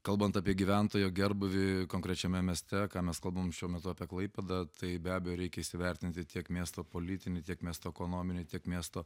kalbant apie gyventojo gerbūvį konkrečiame mieste ką mes kalbam šiuo metu apie klaipėdą tai be abejo reikia įsivertinti tiek miesto politinį tiek miesto ekonominį tiek miesto